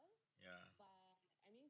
yeah